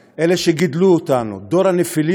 של המצפן שלנו, אלה שגידלו אותנו, דור הנפילים.